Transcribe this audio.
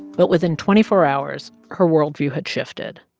but within twenty four hours, her world view had shifted.